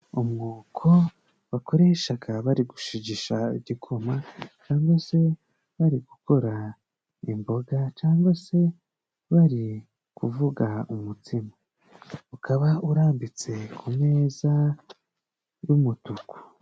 Umwuko bakoreshaga bari gushigishasha igikoma, cyangwa se bari gukora imboga, cyangwa se bari kuvuga umutsima. Ukaba urambitse ku meza y'umutuku.